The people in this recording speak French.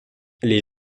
les